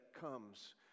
comes